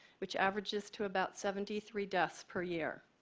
which averages to about seventy three deaths per year.